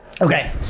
Okay